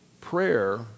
prayer